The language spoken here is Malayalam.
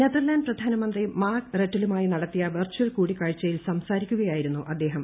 നെതർലൻഡ് പ്രധാനമന്ത്രി മാർക്ക് റട്ടിലുമായി നടത്തിയ വെർച്ചൽ കൂടിക്കാഴ്ച്ചയിൽ സംസാരിക്കുകയായിരുന്നു അദ്ദേഹം